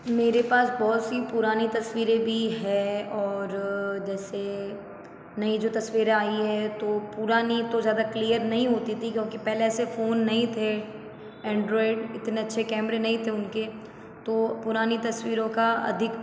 मेरे पास बहुत सी पुरानी तस्वीरें भी हैं और जैसे नई जो तस्वीरें आई हैं तो पुरानी तो ज़्यादा क्लियर नहीं होती थी क्योंकि पहले ऐसे फ़ोन नहीं थे एंड्रॉइड इतने अच्छे कैमरे नहीं थे उनके तो पुरानी तस्वीरों का अधिक